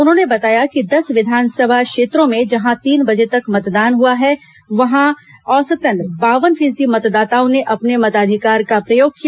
उन्होंने बताया कि दस विधानसभा क्षेत्रों में जहां तीन बजे तक मतदान हुआ है वहां बावन फीसदी मतदाताओं ने अपने मताधिकार का प्रयोग किया